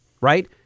Right